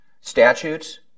Statutes